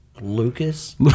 Lucas